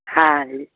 ਹਾਂ ਜੀ